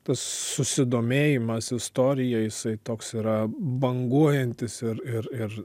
tas susidomėjimas istorija jisai toks yra banguojantis ir ir ir